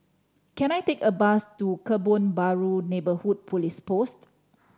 can I take a bus to Kebun Baru Neighbourhood Police Post